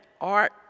art